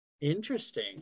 interesting